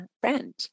Friend